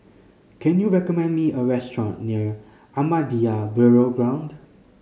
can you recommend me a restaurant near Ahmadiyya Burial Ground